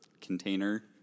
container